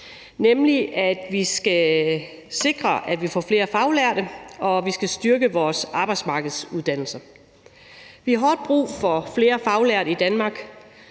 nemlig at vi skal sikre, at vi får flere faglærte, og at vi skal styrke vores arbejdsmarkedsuddannelser. Vi har hårdt brug for flere faglærte i Danmark.